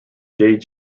jade